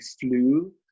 flu